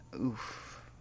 oof